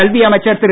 கல்வி அமைச்சர் திரு